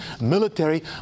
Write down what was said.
military